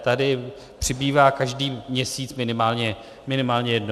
Tady přibývá každý měsíc minimálně, minimálně jedno.